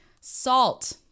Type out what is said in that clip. Salt